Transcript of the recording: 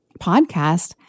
podcast